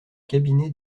cabinet